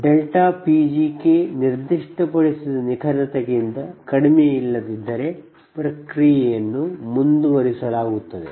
PgKನಿರ್ದಿಷ್ಟಪಡಿಸಿದ ನಿಖರತೆಗಿಂತ ಕಡಿಮೆಯಿಲ್ಲದಿದ್ದರೆ ಪ್ರಕ್ರಿಯೆಯನ್ನು ಮುಂದುವರಿಸಲಾಗುತ್ತದೆ